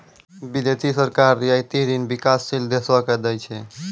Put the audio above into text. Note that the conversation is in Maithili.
बिदेसी सरकार रियायती ऋण बिकासशील देसो के दै छै